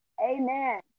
Amen